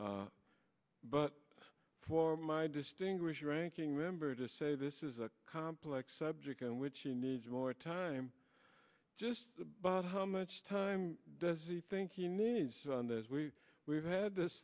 but for my distinguished ranking member to say this is a complex subject in which he needs more time just bob how much time does he think he needs on this we we've had this